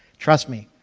trust me,